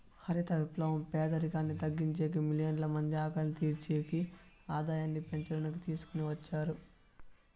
హరిత విప్లవం పేదరికాన్ని తగ్గించేకి, మిలియన్ల మంది ఆకలిని తీర్చి ఆదాయాన్ని పెంచడానికి తీసుకొని వచ్చారు